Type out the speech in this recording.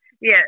Yes